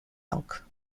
elk